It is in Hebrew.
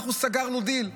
אנחנו סגרנו דיל,